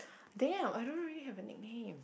damn I don't really have a nickname